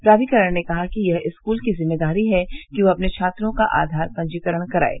प्राधिकरण ने कहा है कि यह स्कूल की जिम्मेदारी है कि वह अपने छात्रों का आधार पंजीकरण कराये